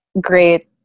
great